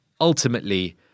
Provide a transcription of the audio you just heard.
ultimately